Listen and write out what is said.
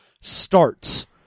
starts